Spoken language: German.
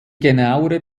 genauere